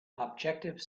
objective